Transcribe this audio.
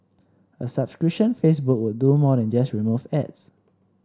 a subscription Facebook would do more than just remove ads